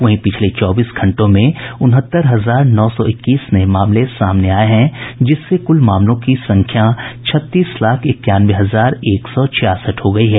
वहीं पिछले चौबीस घंटों में उनहत्तर हजार नौ सौ इक्कीस नए मामले सामने आए हैं जिससे कुल मामलों की संख्या छत्तीस लाख इक्यानवे हजार एक सौ छियासठ हो गई है